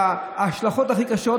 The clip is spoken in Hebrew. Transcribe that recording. ההשלכות הכי קשות.